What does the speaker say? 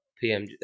PM